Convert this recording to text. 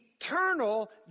eternal